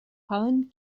pollen